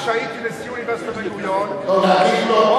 הערה אחת, רק הערה אחת.